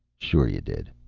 sure you did.